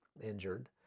injured